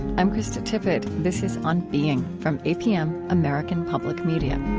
i'm krista tippett. this is on being from apm, american public media